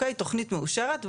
תכנית מאושרת,